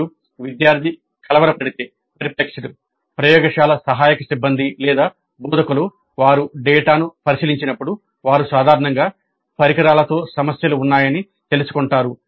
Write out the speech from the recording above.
మరియు విద్యార్థి కలవరపడితే ప్రయోగశాల సహాయక సిబ్బంది లేదా బోధకులు వారు డేటాను పరిశీలించినప్పుడు వారు సాధారణంగా పరికరాలతో సమస్యలు ఉన్నాయని తెలుసుకుంటారు